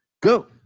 Go